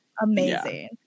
amazing